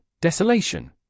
desolation